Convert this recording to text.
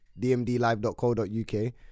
DMDlive.co.uk